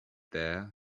there